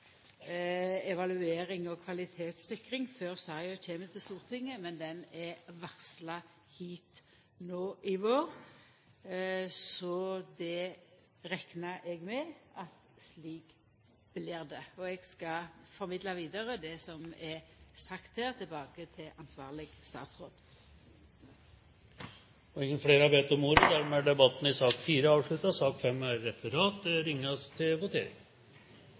evaluering og kvalitetssikring før saka kjem til Stortinget, men ho er varsla hit no i vår. Så eg reknar med at det blir slik. Eg skal formidla vidare det som er sagt her, til ansvarleg statsråd. Flere har ikke bedt om ordet til sak nr. 4. Da er vi klare til å gå til votering.